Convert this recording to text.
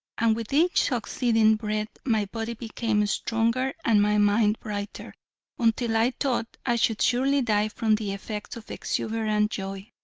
and with each succeeding breath my body became stronger and my mind brighter until i thought i should surely die from the effects of exuberant joy,